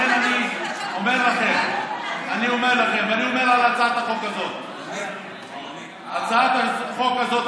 לכן אני אומר לכם ואני אומר על הצעת החוק הזאת: הצעת החוק הזאת,